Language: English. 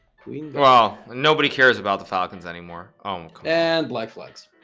well nobody cares about the falcons anymore oh and black flags